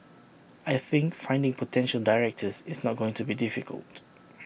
I think finding potential directors is not going to be difficult